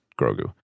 Grogu